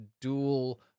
dual